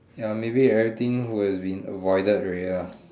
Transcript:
ya maybe everything would have been avoided already lah